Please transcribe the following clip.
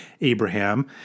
Abraham